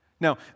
Now